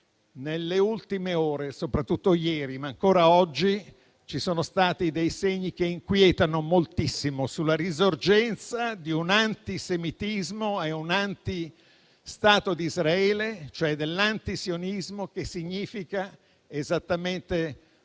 nelle ultime ore, soprattutto ieri, ma ancora oggi, ci sono stati segni che inquietano moltissimo sulla risorgenza di un antisemitismo e di un antistato di Israele, che significa esattamente